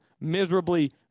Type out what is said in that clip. miserably